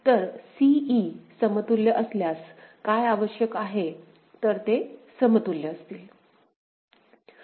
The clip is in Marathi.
तर c e समतुल्य असल्यास काय आवश्यक आहे तर ते समतुल्य असतील